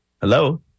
Hello